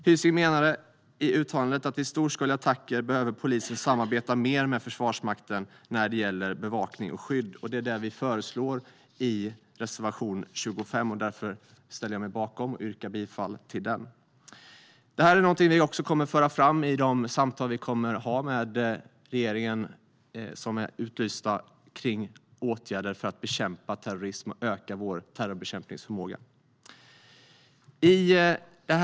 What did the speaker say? Hysing menade i uttalandet att vid storskaliga attacker behöver polisen samarbeta mer med Försvarsmakten när det gäller bevakning och skydd, och det är detta vi föreslår i reservation 25, som jag yrkar bifall till. Det är också något som vi kommer att föra fram i de samtal med regeringen som utlysts kring åtgärder för att bekämpa terrorism och öka vår terrorbekämpningsförmåga.